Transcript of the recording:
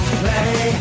play